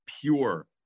pure